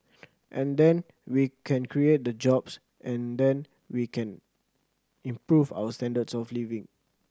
and then we can create the jobs and then we can improve our standards of living